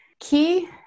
Key